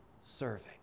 serving